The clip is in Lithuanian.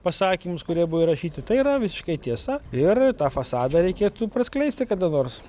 pasakymus kurie buvo įrašyti tai yra visiškai tiesa ir tą fasadą reikėtų praskleisti kada nors